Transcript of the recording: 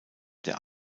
der